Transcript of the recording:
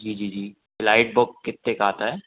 जी जी जी light book कितने का आता है